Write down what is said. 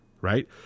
Right